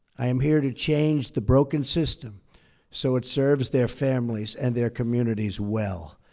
i am here to change the broken system so it serves their families and their communities well.